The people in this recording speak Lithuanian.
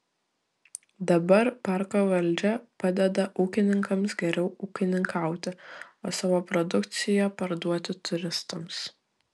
dabar parko valdžia padeda ūkininkams geriau ūkininkauti o savo produkciją parduoti turistams